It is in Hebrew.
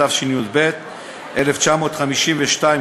התשי"ב 1952,